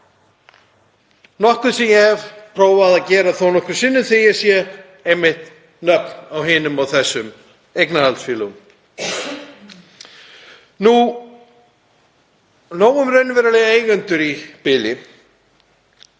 nokkuð sem ég hef prófað að gera þó nokkrum sinnum þegar ég sé nöfn á hinum og þessum eignarhaldsfélögum. Nóg um raunverulega eigendur í bili.